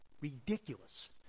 Ridiculous